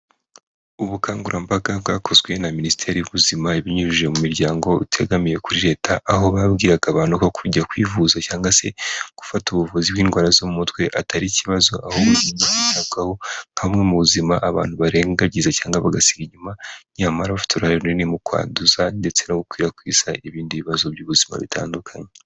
Ubukangurambaga bwakozwe na Minisiteri y'Ubuzima ibinyujije mu miryango utegamiye kuri leta, aho babwiraga abantu ko kujya kwivuza cyangwa se gufata ubuvuzi bw'indwara zo mu mutwe atari ikibazo ahubwo, zikwiye kwitabwaho, nka bumwe mu buzima abantu barengagiza cyangwa bagasiga inyuma, nyamara bafite uruhare runini mu kwanduza, ndetse no gukwirakwiza ibindi bibazo by'ubuzima bitandukanye.